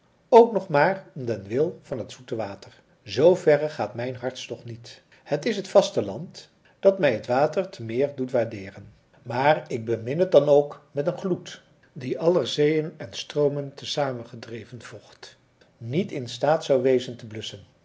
ook nog maar om den wil van het zoete water zoo verre gaat mijn hartstocht niet het is het vaste land dat mij het water te meer doet waardeeren maar ik bemin het dan ook met een gloed die aller zeeën en stroomen tezamengedreven vocht niet in staat zou wezen te blusschen